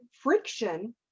friction